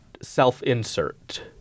Self-insert